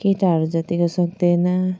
केटाहरू जत्तिको सक्दैन